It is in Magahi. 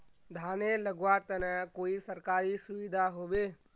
धानेर लगवार तने कोई सरकारी सुविधा होबे?